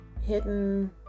hidden